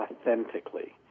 authentically